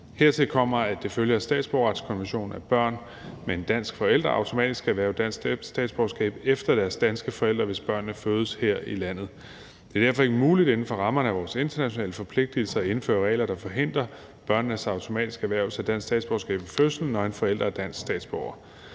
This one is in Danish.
Hertil kommer, at det følger af statsborgerretskonventionen, at børn med en dansk forælder automatisk erhverver dansk statsborgerskab efter deres danske forældre, hvis børnene fødes her i landet. Det er derfor ikke muligt inden for rammerne af vores internationale forpligtelser at indføre regler, der forhindrer børnenes automatiske erhvervelse af dansk statsborgerskab ved fødslen, når en forælder er dansk statsborger.